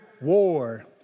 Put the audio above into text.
war